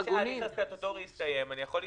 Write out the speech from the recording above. כי ביום שההליך הסטטוטורי יסתיים אני יכול להתקדם,